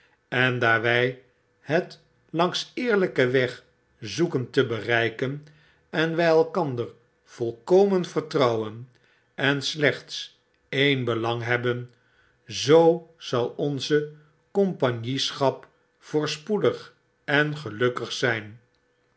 en daar wij het langs eerlijken weg zoeken te bereiken en wy elkander volkomen vertrouwen en slechts een belang hebben zoo zal onze compagnieschap voorspoedig en gelukkig zyn